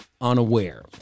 unaware